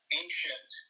ancient